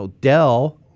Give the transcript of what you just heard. Dell